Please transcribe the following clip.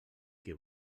què